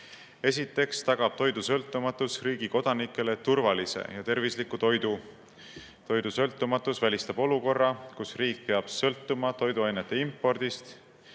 Esiteks tagab toidusõltumatus riigi kodanikele turvalise ja tervisliku toidu. Toidusõltumatus välistab olukorrad, kus riik peab sõltuma toiduainete impordist,